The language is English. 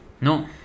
No